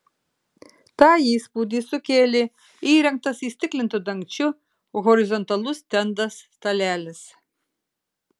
tą įspūdį sukėlė įrengtas įstiklintu dangčiu horizontalus stendas stalelis